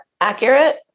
accurate